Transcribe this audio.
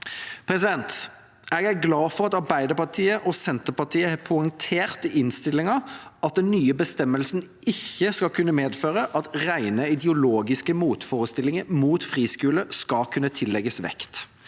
Jeg er glad for at Arbeiderpartiet og Senterpartiet i innstillingen har poengtert at den nye bestemmelsen ikke skal kunne medføre at rene ideologiske motforestillinger mot friskoler skal kunne tillegges vekt.